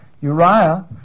Uriah